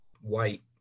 white